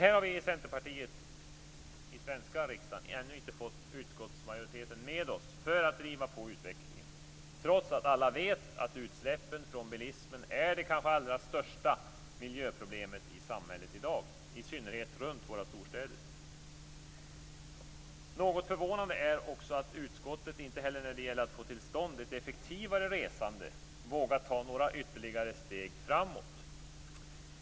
Här i den svenska riksdagen har vi i Centerpartiet ännu inte fått utskottsmajoriteten med oss för att driva på utvecklingen, trots att alla vet att utsläppen från bilismen är det kanske allra största miljöproblemet i samhället i dag, i synnerhet runt våra storstäder. Något förvånande är också att utskottet inte heller när det gäller att få till stånd ett effektivare resande vågat ta några ytterligare steg framåt.